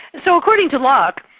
so, according to locke,